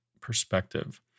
perspective